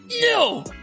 no